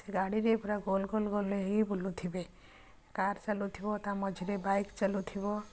ସେ ଗାଡ଼ିରେ ପୁରା ଗୋଲ ଗୋଲ ଗୋଲ ହେଇ ବୁଲୁଥିବେ କାର ଚାଲୁଥିବ ତା ମଝିରେ ବାଇକ ଚାଲୁଥିବ